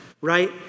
Right